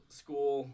school